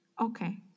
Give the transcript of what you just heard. Okay